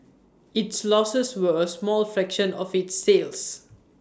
its losses were A small fraction of its sales